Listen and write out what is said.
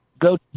go